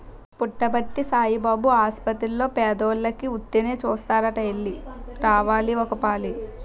పుట్టపర్తి సాయిబాబు ఆసపత్తిర్లో పేదోలికి ఉత్తినే సూస్తారట ఎల్లి రావాలి ఒకపాలి